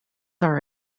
are